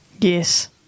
Yes